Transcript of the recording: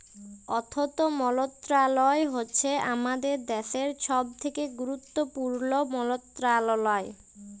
অথ্থ মলত্রলালয় হছে আমাদের দ্যাশের ছব থ্যাকে গুরুত্তপুর্ল মলত্রলালয়